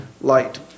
light